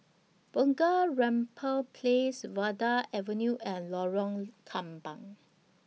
Bunga Rampai Place Vanda Avenue and Lorong Kembang